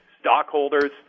stockholders